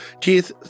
Keith